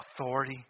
authority